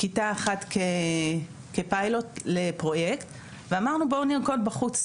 כיתה אחת כפיילוט לפרוייקט ואמרנו בואו נרקוד בחוץ.